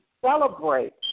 celebrate